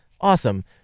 awesome